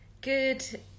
Good